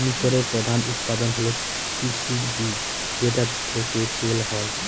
মিশরের প্রধান উৎপাদন হল তিসির বীজ যেটা থেকে তেল হয়